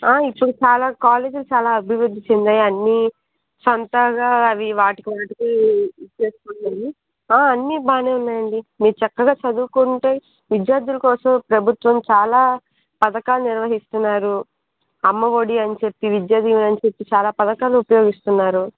ఇప్పుడు చాలా కాలేజెస్ అలా అబివృద్ధి చెందాయి అన్నీ సొంతగా అవి వాటివాటికే ఇది చేసుకున్నాయి అన్నీ బాగానే ఉన్నాయండి మీరు చక్కగా చదువుకుంటే విద్యార్ధుల కోసం ప్రభుత్వం చాలా పథకాలు నిర్వహిస్తున్నారు అమ్మఒడి అని చెప్పి విద్యాదీవెన అని చెప్పి చాలా పథకాలు ఉపయోగిస్తున్నారు